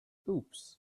oops